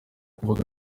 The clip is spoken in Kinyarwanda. kuvuga